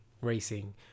racing